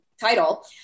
title